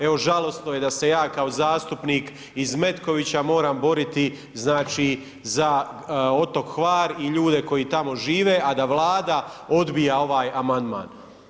Evo žalosno je da se ja ko zastupnik iz Metkovića moram boriti znači za otok Hvar i ljude koji tamo žive, a da Vlada odbija ovaj amandman.